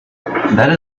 that